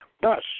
Thus